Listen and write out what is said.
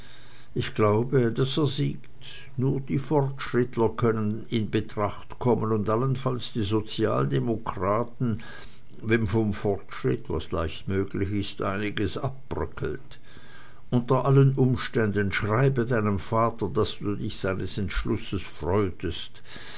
ich glaube daß er siegt nur die fortschrittler können in betracht kommen und allenfalls die sozialdemokraten wenn vom fortschritt was leicht möglich ist einiges abbröckelt unter allen umständen schreibe deinem papa daß du dich seines entschlusses freutest